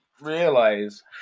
realize